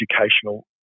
educational